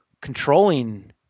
controlling